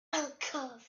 uncovered